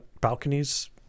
balconies